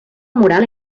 moral